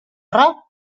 roc